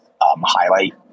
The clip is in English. highlight